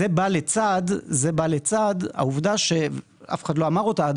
זה בא לצד העובדה אף אחד לא אמר אותה עד